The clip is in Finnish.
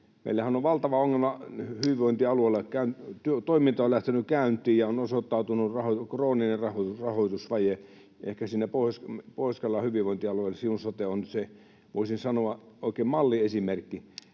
Meillähän on valtava ongelma hyvinvointialueilla: toiminta on lähtenyt käyntiin, ja on osoittautunut krooninen rahoitusvaje. Siinä ehkä Pohjois-Karjalan hyvinvointialueella Siun sote on, voisin sanoa, oikein malliesimerkki.